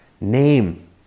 Name